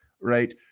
right